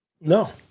No